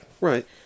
Right